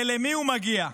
ולמי הוא מגיע.